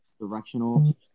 directional